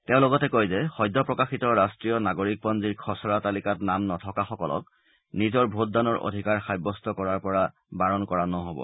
তেওঁ লগতে কয় যে সদ্য প্ৰকাশিত ৰাষ্ট্ৰীয় নাগৰিক পঞ্জীৰ খচৰা তালিকাত নাম নথকাসকলক নিজৰ ভোটদানৰ অধিকাৰ সাব্যস্ত কৰাৰ পৰা বাৰণ কৰা নহ'ব